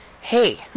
hey